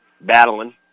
battling